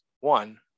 One